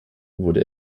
wurde